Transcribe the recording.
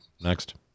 next